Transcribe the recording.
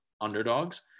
underdogs